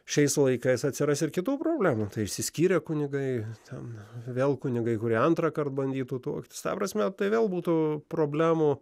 šiais laikais atsiras ir kitų problemų tai išsiskyrę kunigai ten vėl kunigai kurie antrąkart bandytų tuoktis ta prasme tai vėl būtų problemų